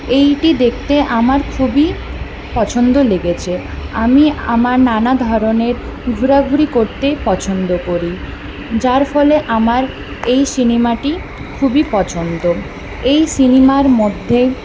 এটি দেখতে আমার খুবই পছন্দ লেগেছে আমি আমার নানা ধরনের ঘোরাঘুরি করতে পছন্দ করি যার ফলে আমার এই সিনেমাটি খুবই পছন্দ এই সিনেমার মধ্যে